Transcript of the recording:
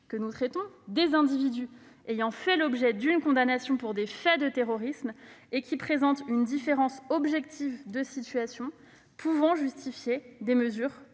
du cas spécifique des individus ayant fait l'objet d'une condamnation pour des faits de terrorisme, qui présentent une différence objective de situation pouvant justifier des mesures